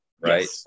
right